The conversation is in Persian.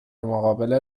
مقابل